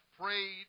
prayed